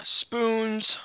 spoons